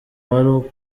wari